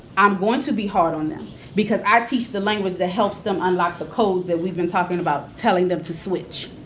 i'm going to be hard on them because i teach the language that helps them unlock the codes that we've been talking about telling them to switch.